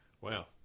Wow